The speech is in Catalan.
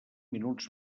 minuts